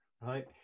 right